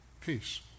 peace